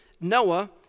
Noah